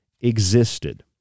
existed